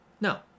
no